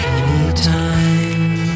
Anytime